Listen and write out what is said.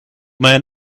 man